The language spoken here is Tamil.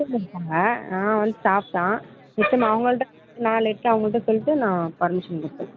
ஹெச்எம் மேம் இருப்பாங்க நான் வந்து ஸ்டாஃப் தான் ரிட்டர்ன் அவங்ககிட்ட நான் லெட்டர அவங்ககிட்ட சொல்லிட்டு நான் பர்மிஷன்